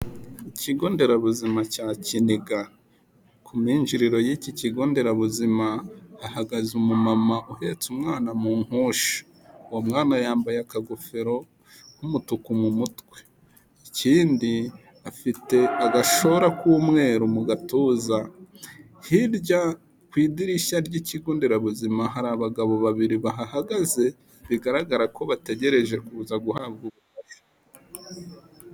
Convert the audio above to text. Ikigo nderabuzima cya Kiniga. Ku minjiriro y'iki kigo nderabuzima hahagaze umumama uhetse umwana mu nkoshi. Uwo mwana yambaye akagofero k'umutuku mu mutwe afite agashora k'umweru mu gatuza. Hirya ku idirishya ry'ikigo nderabuzima hari abagabo babiri bahagaze bigaragara ko bategereje kuza guhabwa ubuvuzi.